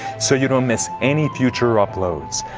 so you don't miss any future uploads!